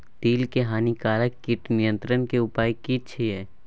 तिल के हानिकारक कीट नियंत्रण के उपाय की छिये?